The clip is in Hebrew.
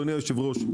אדוני היושב-ראש,